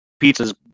pizzas